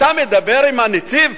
אתה מדבר עם הנציב?